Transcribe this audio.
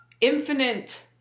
infinite